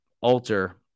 alter